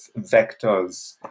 vectors